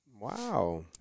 Wow